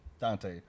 Dante